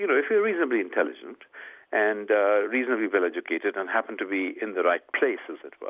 you know if you're reasonably intelligent and reasonably well educated and happen to be in the right place, as it were,